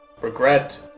regret